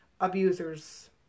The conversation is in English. abusers